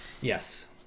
Yes